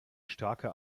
starke